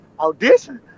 audition